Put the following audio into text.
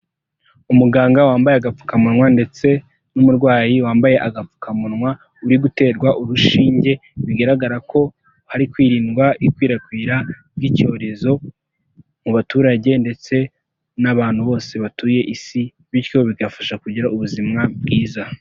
Umuganga wambaye agapfukamunwa ndetse n'umurwayi wambaye agapfukamunwa uri guterwa urushinge, bigaragara ko hari kwirindwa ikwirakwira ry'icyorezo mu baturage ndetse n'abantu bose batuye isi bityo bigafasha kugira ubuzima bwiza.